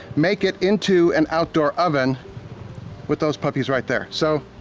make it into an outdoor oven with those puppies right there. so,